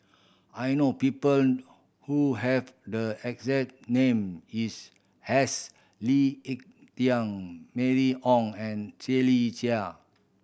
I know people who have the exact name is as Lee Ek Tieng Mylene Ong and Shirley Chew